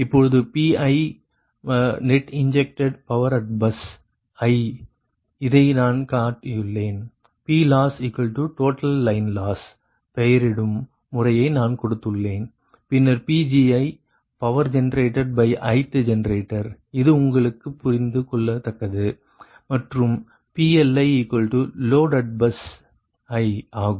இப்பொழுது Pi net injected power at bus i இதை நான் காட்டியுள்ளேன் PLosstotal line loss பெயரிடும் முறையை நான் கொடுத்துள்ளேன் பின்னர் Pgi power generated by ithgenerator இது உங்களுக்கு புரிந்து கொள்ளத்தக்கது மற்றும் PLi load at bus i ஆகும்